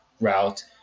route